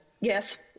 Yes